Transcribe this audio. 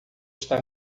está